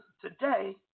today